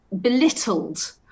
belittled